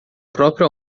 próprio